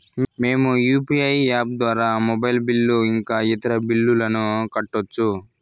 మేము UPI app ద్వారా mobile bill ఇంకా ఇతర బిల్లులను కట్టొచ్చు